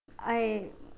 I